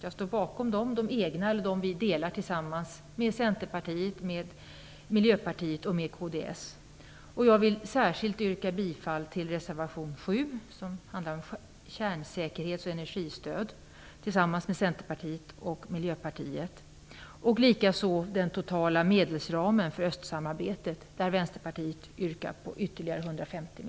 Jag står bakom dem, både egna och sådana som vi har gemensamt med Centerpartiet, Miljöpartiet och Kristdemokraterna. Jag vill särskilt yrka bifall till reservation 7, som handlar om kärnsäkerhet och energistöd och som vi har framställt tillsammans med Centerpartiet och Miljöpartiet. Likaså gäller det den totala ramen för östsamarbetet. Där yrkar vi i